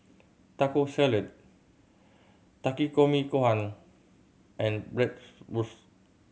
Taco Salad Takikomi Gohan and Bratwurst